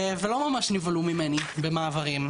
ולא ממש נבהלו ממני במעברים.